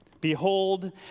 Behold